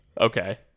Okay